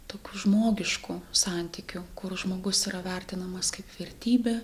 tokių žmogiškų santykių kur žmogus yra vertinamas kaip vertybė